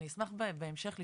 גם החיוב של פרומואים,